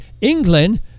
England